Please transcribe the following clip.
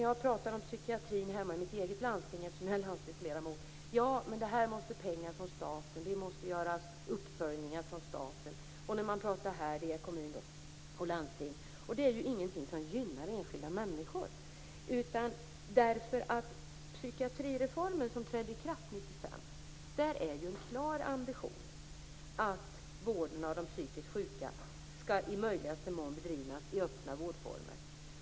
Jag pratar om psykiatrin hemma i mitt eget landsting, eftersom jag är landstingsledamot. Man säger att det måste till pengar från staten och att det skall göras uppföljningar av staten, medan ansvaret i andra frågor läggs på kommun och landsting. Detta är inte något som gynnar enskilda människor. I psykiatrireformen, som trädde i kraft 1995, fanns det en klar ambition att vården av de psykiskt sjuka i möjligaste mån skall bedrivas i öppna vårdformer.